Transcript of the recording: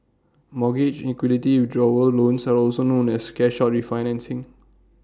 mortgage equity withdrawal loans are also known as cash out refinancing